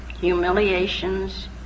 humiliations